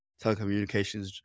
telecommunications